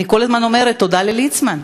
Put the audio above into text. אני כל הזמן אומרת תודה לליצמן.